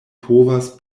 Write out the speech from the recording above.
povas